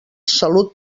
salut